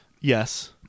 Yes